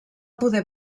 poder